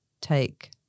take